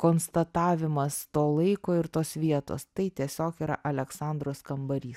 konstatavimas to laiko ir tos vietos tai tiesiog yra aleksandros kambarys